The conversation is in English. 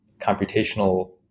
computational